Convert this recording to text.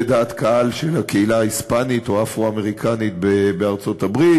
דעת קהל של הקהילה ההיספנית או האפרו-אמריקנית בארצות-הברית,